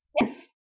Yes